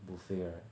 buffet right